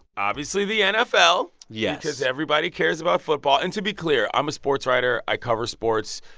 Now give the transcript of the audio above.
obviously, the nfl. yes. because everybody cares about football. and to be clear, i'm a sports writer. i cover sports.